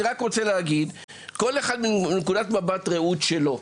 אני רק רוצה להגיד שכל אחד מנקודת מבט ראות שלו,